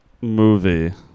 Movie